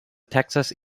texas